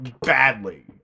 badly